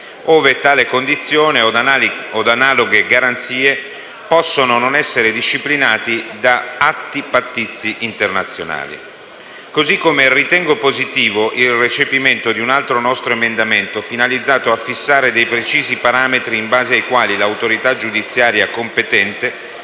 ove tale condizione od analoghe garanzie possono non essere disciplinati da atti pattizi internazionali. Così come ritengo positivo il recepimento di un altro nostro emendamento finalizzato a fissare dei precisi parametri in base ai quali l'autorità giudiziaria competente